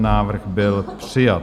Návrh byl přijat.